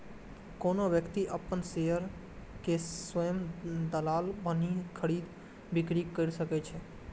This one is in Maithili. कोनो व्यक्ति अपन शेयर के स्वयं दलाल बनि खरीद, बिक्री कैर सकै छै